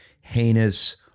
heinous